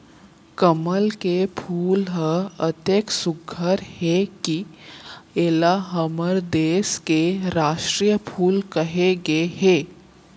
कमल के फूल ह अतेक सुग्घर हे कि एला हमर देस के रास्टीय फूल कहे गए हे